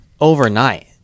overnight